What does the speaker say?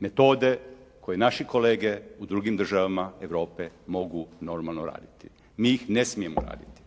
metode koje naši kolege u drugim državama Europe mogu normalno raditi. Mi ih ne smijemo raditi.